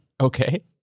Okay